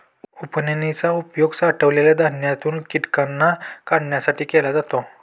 उफणनी चा उपयोग साठवलेल्या धान्यातून कीटकांना काढण्यासाठी केला जातो